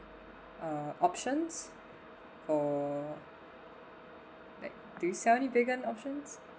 uh options or like do you sell any vegan options